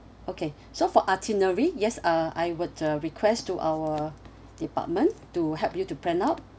okay so for itinerary yes uh I would uh request to our department to help you to plan out